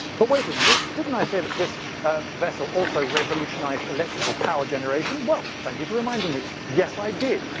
but wait a minute, didn't i say that this ah vessel also revolutionised electrical power generation? well, thank you for reminding me. yes i did.